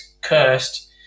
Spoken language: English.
cursed